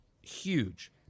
huge